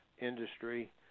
industry